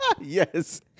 Yes